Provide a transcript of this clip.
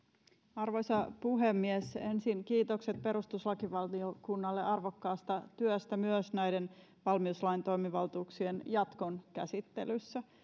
arvoisa puhemies ensin kiitokset perustuslakivaliokunnalle arvokkaasta työstä myös näiden valmiuslain toimivaltuuksien jatkon käsittelyssä